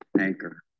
anchor